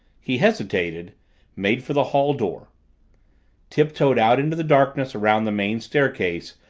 he hesitated made for the hall door tiptoed out into the darkness around the main staircase,